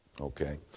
Okay